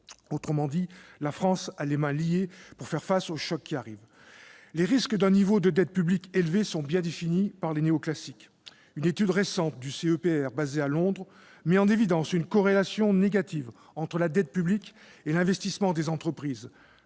Autrement dit, la France a les mains liées pour faire face au choc qui arrive. Les risques liés à un niveau de dette publique élevé sont bien définis par les néoclassiques. Une étude récente du CEPR, le Centre for Economic Policy Research, basé à Londres, met en évidence une corrélation négative entre la dette publique et l'investissement des entreprises